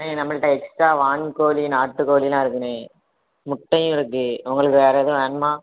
அண்ணே நம்மகிட்ட எக்ஸ்ட்ரா வான்கோழி நாட்டுக்கோழிலாம் இருக்குணே முட்டையும் இருக்குது உங்களுக்கு வேறு எதுவும் வேணுமா